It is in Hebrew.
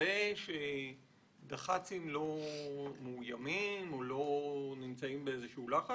שמוודא שדח"צים לא מאיומים או לא נמצאים באיזה שהוא לחץ?